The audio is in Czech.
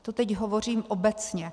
To teď hovořím obecně.